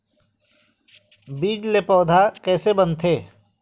बीज से पौधा कैसे बनथे?